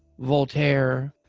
voltaire,